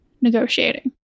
negotiating